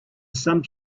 some